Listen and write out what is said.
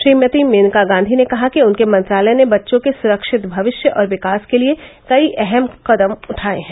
श्रीमती मेनका गांधी ने कहा कि उनके मंत्रालय ने बच्चों के सुरक्षित भविष्य और विकास के लिए कई अहम कदम उठाये हैं